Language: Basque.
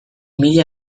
mila